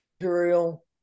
material